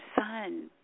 son